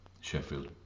Sheffield